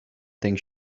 think